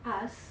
us